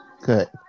good